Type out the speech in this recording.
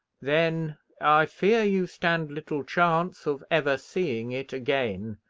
then i fear you stand little chance of ever seeing it again.